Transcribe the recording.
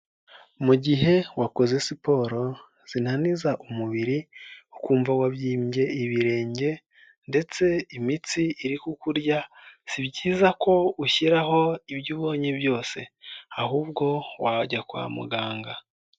Mu gihe wakoze siporo zinaniza umubiri ukumva wabyimbye ibirenge ndetse imitsi iri kukurya, si byiza ko ushyiraho ibyo ubonye byose ahubwo wajya kwa muganga.